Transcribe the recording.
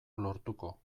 lortuko